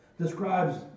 describes